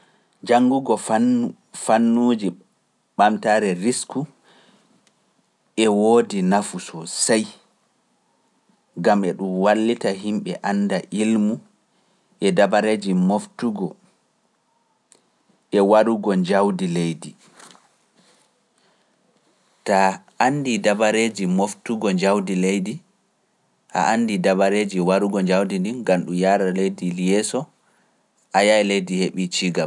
Janngugo fannuuji ɓamtaare risku e woodi nafuso sey, gam e ɗum wallita himɓe annda ilmu e dabareeji moftugo e warugo jawdi leydi.